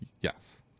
yes